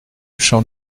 champ